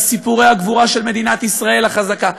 סיפורי הגבורה של מדינת ישראל החזקה,